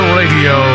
radio